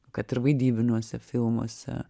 kad ir vaidybiniuose filmuose